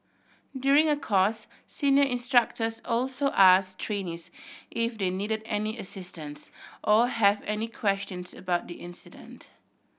during a course senior instructors also ask trainees if they needed any assistance or have any questions about the incident